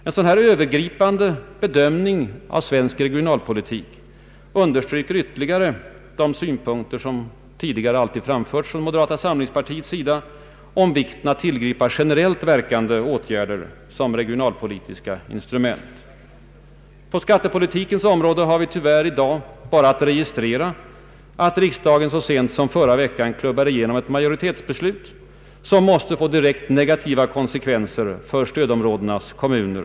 En sådan övergripande bedömning av svensk regionalpolitik understryker ytterligare de synpunkter som tidigare alltid framförts från moderata samlingspartiets sida om vikten av att tillgripa generellt verkande åtgärder som regionalpolitiska instrument. På skattepolitikens område har vi i dag tyvärr bara att registrera att riksdagen så sent som i förra veckan klubbade igenom ett majoritetsbeslut, som måste få direkt negativa konsekvenser för stödområdenas kommuner.